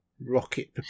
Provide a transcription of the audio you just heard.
rocket